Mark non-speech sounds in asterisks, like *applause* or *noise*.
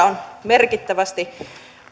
*unintelligible* on merkittävästi